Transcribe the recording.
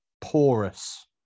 Porous